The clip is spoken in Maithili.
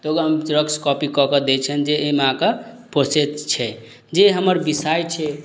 तऽ ओकर हम जीरोक्स कॉपी कऽ कऽ दै छियनि जे अइमे अहाँक प्रोसेस छै जे हमर विषय छै